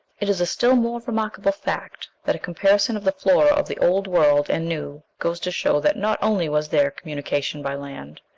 it is a still more remarkable fact that a comparison of the flora of the old world and new goes to show that not only was there communication by land,